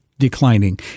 Declining